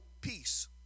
peace